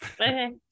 okay